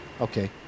okay